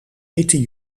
witte